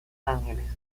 angeles